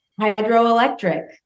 hydroelectric